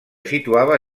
situava